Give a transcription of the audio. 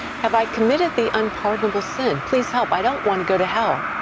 have i committed the unpardonable sin? please help, i don't want to go to hell.